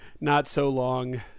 not-so-long